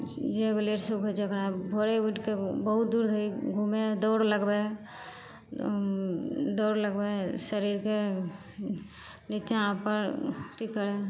जे लेटसे उठै छै ओकरा भोरे उठिके बहुत दूर घुमै दौड़ लगबै दौड़ लगबै शरीरके निच्चाँ उपर अथी करै